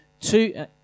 Two